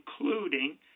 including